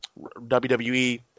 WWE